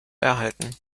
erhalten